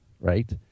right